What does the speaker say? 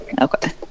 okay